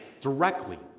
directly